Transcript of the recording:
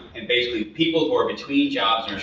and basically people who are between jobs